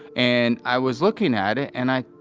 and, i was looking at it, and i